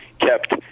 kept